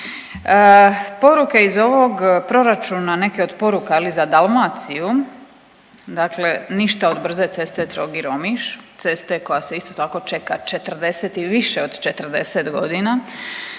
Poruke iz ovog proračuna, neke od poruka je li za Dalmaciju dakle ništa od brze ceste Trogir-Omiš, ceste koja se isto tako čeka 40 i više od 40.g.,